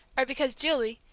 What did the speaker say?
or because julie,